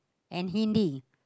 and Hindi